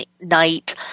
night